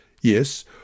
Yes